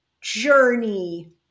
journey